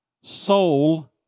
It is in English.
soul